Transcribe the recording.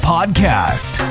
Podcast